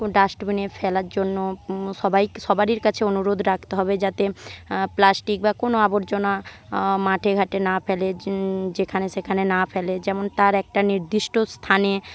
ডাস্টবিনে ফেলার জন্য সবাই সবারই কাছে অনুরোধ রাখতে হবে যাতে প্লাস্টিক বা কোনো আবর্জনা মাঠে ঘাটে না ফেলে যেখানে সেখানে না ফেলে যেমন তার একটা নির্দিষ্ট স্থানে